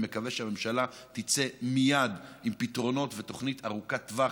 אני מקווה שהממשלה תצא מייד עם פתרונות ותוכנית ארוכת טווח,